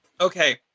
Okay